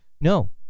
no